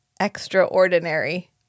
extraordinary